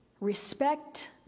respect